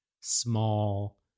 small